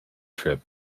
trip